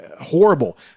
horrible